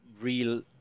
real